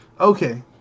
Okay